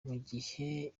mugihe